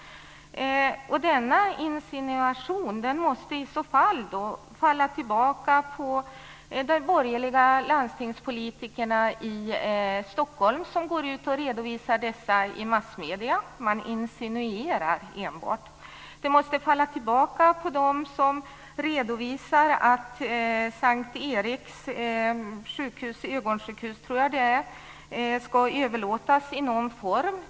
Dessa insinuationer måste i så fall falla tillbaka på de borgerliga landstingspolitikerna i Stockholm som går ut och redovisar detta i massmedierna. Man insinuerar enbart. Det måste falla tillbaka på dem som redovisar att S:t Eriks sjukhus, jag tror att det är ett ögonsjukhus, ska överlåtas i någon form.